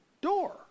door